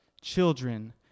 children